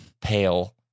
pale